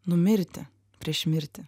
numirti prieš mirtį